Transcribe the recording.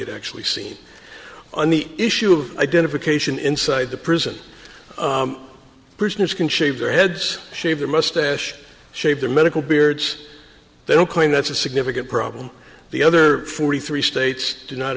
had actually seen on the issue of identification inside the prison prisoners can shave their heads shaved a moustache shave their medical beards they'll claim that's a significant problem the other forty three states do not